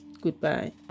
Goodbye